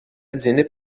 aziende